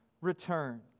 return